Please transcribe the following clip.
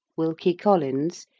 wilkie collins,